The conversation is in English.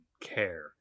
care